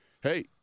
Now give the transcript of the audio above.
hey